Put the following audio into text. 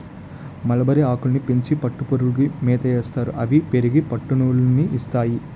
మలబరిఆకులని పెంచి పట్టుపురుగులకి మేతయేస్తారు అవి పెరిగి పట్టునూలు ని ఇస్తాయి